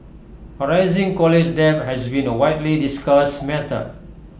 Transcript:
A rising college debt has been A widely discussed matter